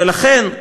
ולכן,